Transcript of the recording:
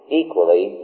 equally